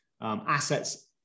Assets